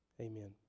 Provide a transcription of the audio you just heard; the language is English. Amen